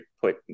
put